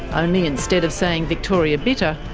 only instead of saying victoria bitter,